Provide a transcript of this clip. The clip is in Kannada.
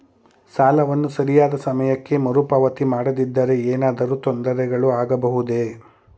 ಸಾಲವನ್ನು ಸರಿಯಾದ ಸಮಯಕ್ಕೆ ಮರುಪಾವತಿ ಮಾಡದಿದ್ದರೆ ಏನಾದರೂ ತೊಂದರೆಗಳು ಆಗಬಹುದೇ?